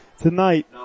tonight